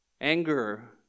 Anger